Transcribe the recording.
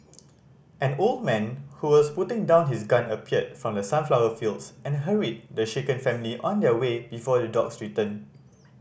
an old man who was putting down his gun appeared from the sunflower fields and hurried the shaken family on their way before the dogs return